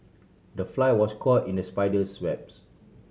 the fly was caught in the spider's webs